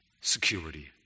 security